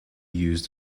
used